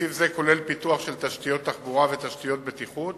תקציב זה כולל פיתוח של תשתיות תחבורה ותשתיות בטיחות